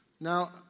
Now